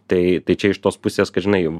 tai tai čia iš tos pusės kad žinai jau